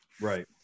Right